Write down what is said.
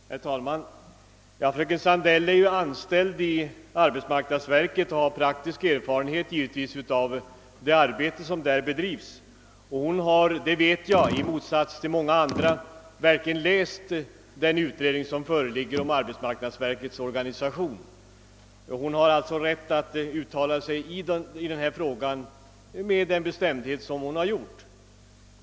Herr talman! Fröken Sandell är ju anställd i arbetsmarknadsverket och har givetvis praktisk erfarenhet av det arbete som där bedrivs. Och fröken Sandell har — det vet jag — i motsats till många andra verkligen läst den utredning som föreligger om arbetsmarknadsverkets organisation. Hon har alltså rätt att uttala sig i denna fråga med stor bestämdhet så som hon här har gjort.